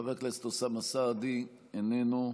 חבר הכנסת אוסאמה סעדי, איננו.